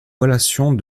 relations